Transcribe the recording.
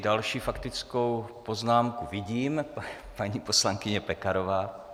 Další faktickou poznámku vidím paní poslankyně Pekarová.